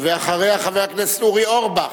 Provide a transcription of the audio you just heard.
ואחריה, חבר הכנסת אורי אורבך.